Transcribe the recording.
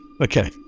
Okay